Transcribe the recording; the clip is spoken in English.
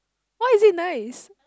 why is it nice